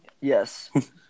Yes